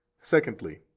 Secondly